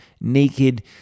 naked